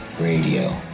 radio